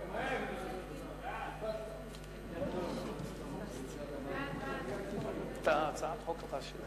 סעיפים 1 2 נתקבלו.